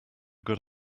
good